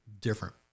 different